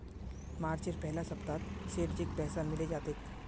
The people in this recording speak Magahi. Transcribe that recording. मार्चेर पहला सप्ताहत सेठजीक पैसा मिले जा तेक